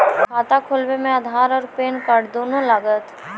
खाता खोलबे मे आधार और पेन कार्ड दोनों लागत?